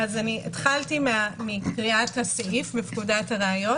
התחלתי מקריאת הסעיף בפקודת הראיות.